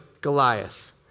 Goliath